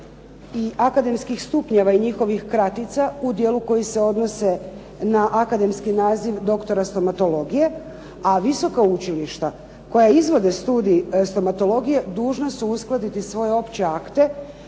i akademskih stupnjeva i njihovih kratica u dijelu koji se odnose na akademski naziv doktora stomatologije, a visoka učilišta koja izvode studij stomatologije, dužna su uskladiti svoje opće akte